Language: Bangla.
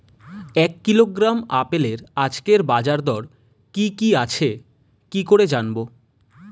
এক কিলোগ্রাম আপেলের আজকের বাজার দর কি কি আছে কি করে জানবো?